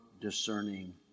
discerning